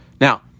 Now